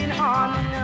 on